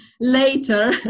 later